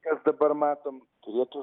kas dabar matom turėtų